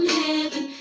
heaven